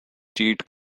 cheat